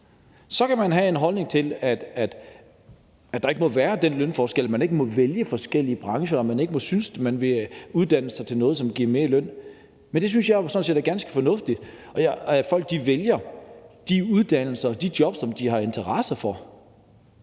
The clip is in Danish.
Så kan man have en holdning til, at der ikke må være den lønforskel, at man ikke må vælge forskellige brancher, og at man ikke må uddanne sig til noget, som giver mere i løn. Men det synes jeg jo sådan set er ganske fornuftigt, nemlig at folk vælger de uddannelser og de job, som de har interesse for.